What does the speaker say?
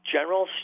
General